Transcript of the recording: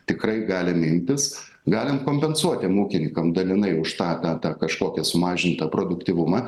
tikrai galime imtis galim kompensuot ūkininkam dalinai už tą tą tą kažkokią sumažintą produktyvumą